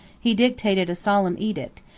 he dictated a solemn edict,